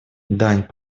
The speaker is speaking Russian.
дань